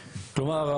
כלומר,